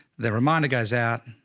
the reminder goes out,